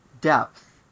depth